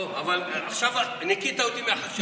עכשיו ניקית אותי מהחשד.